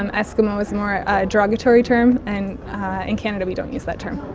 and eskimo is more a derogatory term and in canada we don't use that term.